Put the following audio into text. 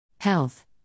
Health